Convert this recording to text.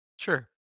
sure